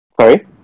Sorry